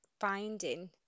finding